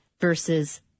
versus